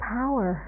power